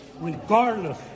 regardless